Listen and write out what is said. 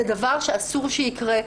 זה דבר שאסור שיקרה,